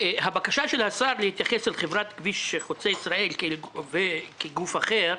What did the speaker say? הבקשה של השר להתייחס אל חברת כביש חוצה ישראל כאל "גוף אחר",